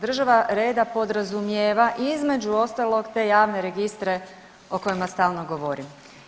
Država reda podrazumijeva između ostalog te javne registre o kojima stalno govori.